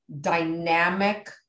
dynamic